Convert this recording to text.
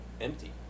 empty